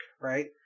right